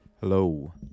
Hello